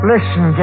Listen